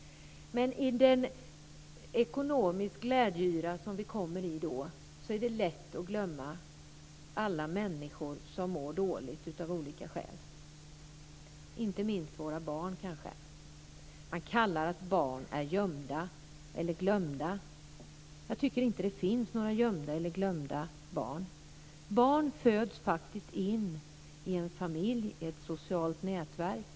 Men i den ekonomiska glädjeyra som vi då kommer i är det lätt att glömma alla människor som mår dåligt av olika skäl, inte minst våra barn. Man säger att barn är gömda eller glömda. Jag tycker inte att det finns några gömda eller glömda barn. Barn föds faktiskt in i en familj och i ett socialt nätverk.